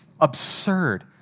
absurd